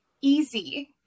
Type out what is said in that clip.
easy